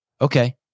Okay